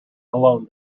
alone